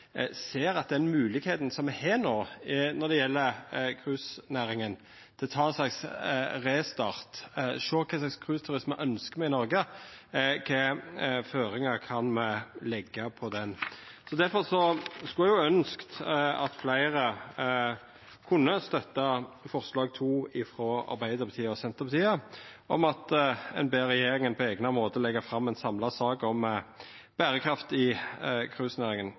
at sanninga og den beste løysinga ligg ein plass midt mellom desse situasjonane. Eg håper at regjeringspartia og Framstegspartiet ser den moglegheita me har no, når det gjeld cruisenæringa, til å ta ein restart, sjå kva slags cruiseturisme me ønskjer i Noreg, og kva føringar me kan leggja på næringa. Difor skulle eg ønskt at fleire kunne støtta forslag nr. 2, frå Arbeidarpartiet og Senterpartiet, der me ber regjeringa på eigna måte